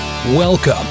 Welcome